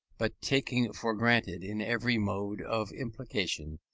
but taking for granted in every mode of implication,